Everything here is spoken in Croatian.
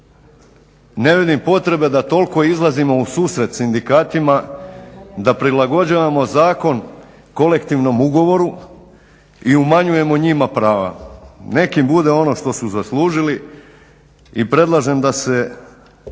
ne vidim potrebe da toliko izlazimo u susret sindikatima, da prilagođavamo zakon kolektivnom ugovoru i umanjujemo njima prava. Nek im bude ono što su zaslužili i predlažem da se